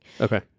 Okay